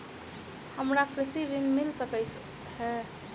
हमरा कृषि ऋण मिल सकै है?